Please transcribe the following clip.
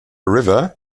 river